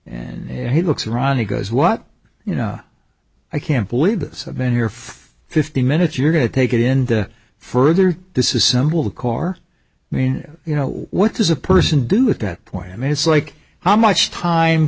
and he looks ronnie goes what you know i can't believe this i've been here for fifteen minutes you're going to take it into further disassemble the car i mean you know what does a person do at that point i mean it's like how much time